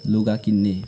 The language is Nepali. लुगा किन्ने